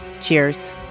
cheers